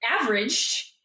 averaged